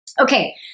Okay